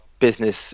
business